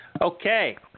Okay